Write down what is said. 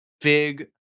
fig